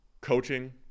coaching